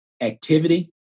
activity